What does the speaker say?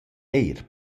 eir